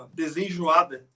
desenjoada